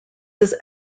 does